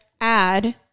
add